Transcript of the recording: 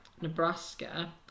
Nebraska